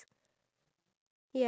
what